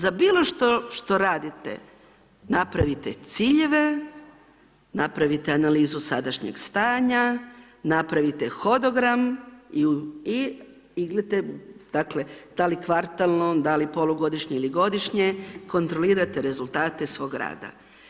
Za bilo što radite, napravite ciljeve, napravite analizu sadašnjih stanja, napravite hodogram i … dakle da li kvartalno da li polugodišnje ili godišnje, kontrolirate rezultate svog rada.